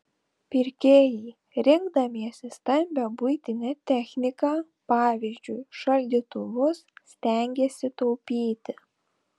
pirkėjai rinkdamiesi stambią buitinę techniką pavyzdžiui šaldytuvus stengiasi taupyti